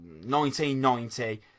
1990